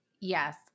Yes